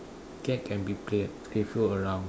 cat can be play playful around